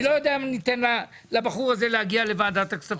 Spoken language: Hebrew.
אני לא יודע אם אני אתן לבחור הזה להגיע לוועדת הכספים.